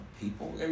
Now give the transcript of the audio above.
People